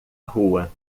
rua